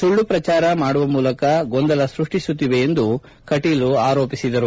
ಸುಳ್ಳು ಪ್ರಚಾರ ಮಾಡುವ ಮೂಲಕ ಗೊಂದಲ ಸೃಷ್ಟಿಸುತ್ತಿವೆ ಎಂದು ಅವರು ಆರೋಪಿಸಿದರು